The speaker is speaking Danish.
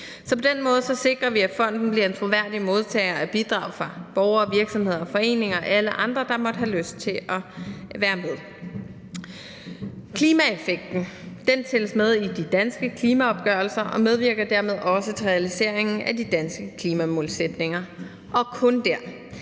På den måde sikrer vi, at fonden bliver en troværdig modtager af bidrag fra borgere, virksomheder, foreninger og alle andre, der måtte have lyst til at være med. Klimaeffekten tælles med i de danske klimaopgørelser og medvirker dermed også til realiseringen af de danske klimamålsætninger – og kun dér.